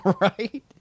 Right